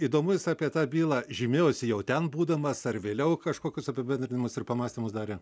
įdomu jis apie tą bylą žymėjosi jau ten būdamas ar vėliau kažkokius apibendrinimus ir pamąstymus darė